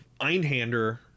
einhander